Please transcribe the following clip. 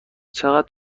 چقدر